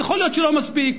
יכול להיות שלא מספיק.